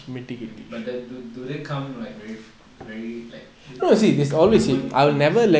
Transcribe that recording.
but the do they come like very very like moment when